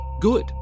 Good